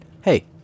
Hey